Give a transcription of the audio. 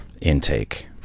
intake